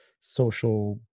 social